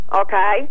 okay